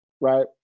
right